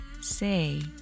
Say